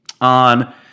on